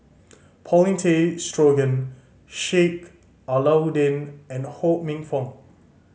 Paulin Tay Straughan Sheik Alau'ddin and Ho Minfong